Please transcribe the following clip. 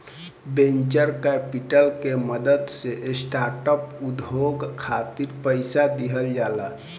venture capital के मदद से स्टार्टअप उद्योग खातिर पईसा दिहल जाला